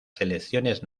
selecciones